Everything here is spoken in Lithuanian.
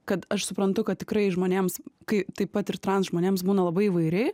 kad aš suprantu kad tikrai žmonėms kai taip pat ir transžmonėms būna labai įvairiai